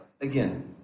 again